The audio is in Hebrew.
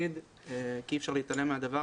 להיפסק.